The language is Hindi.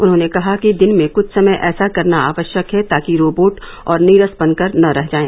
उन्होंने कहा कि दिन में कुछ समय ऐसा करना आवश्यक है ताकि रोबोट और नीरस बन कर न रह जाए